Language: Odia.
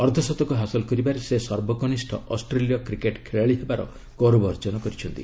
ଅର୍ଦ୍ଧଶତକ ହାସଲ କରିବାରେ ସେ ସର୍ବକନିଷ୍ଠ ଅଷ୍ଟ୍ରେଲିୟ କ୍ରିକେଟ୍ ଖେଳାଳି ହେବାର ଗୌରବ ଅର୍ଜନ କରିଛନ୍ତି